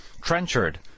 Trenchard